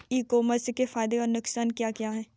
E commerce के फायदे या नुकसान क्या क्या हैं?